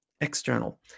external